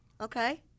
Okay